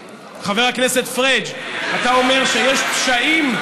אתה אומר שיש פשעים.